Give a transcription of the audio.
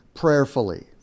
prayerfully